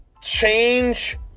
change